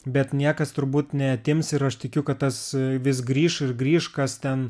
bet niekas turbūt neatims ir aš tikiu kad tas vis grįš ir grįš kas ten